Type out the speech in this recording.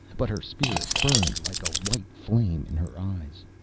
but her spirit burned like a white flame in her eyes.